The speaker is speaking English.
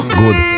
good